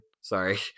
sorry